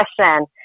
question